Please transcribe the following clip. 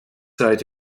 seit